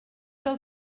del